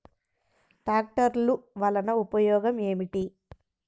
ట్రాక్టర్లు వల్లన ఉపయోగం ఏమిటీ?